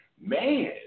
man